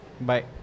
Bye